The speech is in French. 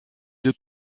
deux